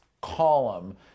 column